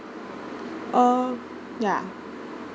uh ya